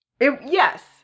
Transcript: Yes